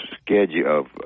schedule